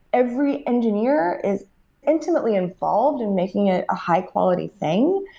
every engineer is intimately involved in making it a high quality thing.